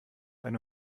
eine